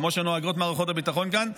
כמו שנוהגות מערכות הביטחון כאן,